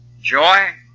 Joy